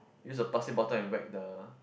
use a plastic bottle and whack the